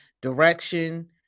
direction